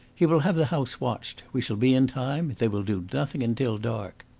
he will have the house watched. we shall be in time. they will do nothing until dark.